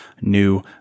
new